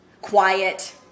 quiet